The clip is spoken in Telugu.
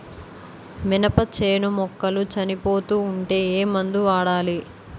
మినప చేను మొక్కలు చనిపోతూ ఉంటే ఏమందు వాడాలి?